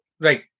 Right